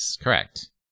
Correct